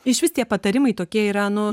išvis tie patarimai tokie yra nu